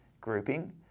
grouping